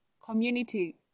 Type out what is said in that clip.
community